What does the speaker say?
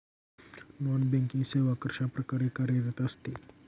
Non banking सेवा कशाप्रकारे कार्यरत असते?